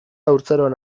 haurtzaroan